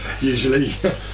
usually